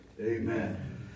Amen